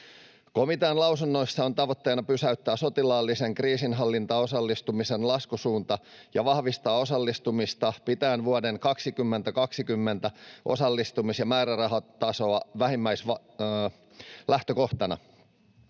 Komitean lausunnoissa on tavoitteena pysäyttää sotilaalliseen kriisinhallintaan osallistumisen laskusuunta ja vahvistaa osallistumista pitäen vuoden 2020 osallistumis- ja määrärahatasoa vähimmäislähtökohtana.